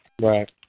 Right